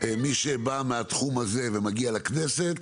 שמי שבא מהתחום הזה ומגיע לכנסת,